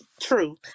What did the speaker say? true